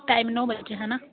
time नौ बजे हैना